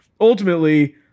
ultimately